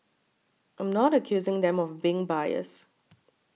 I'm not accusing them of being biased